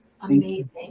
Amazing